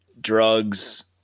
drugs